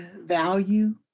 value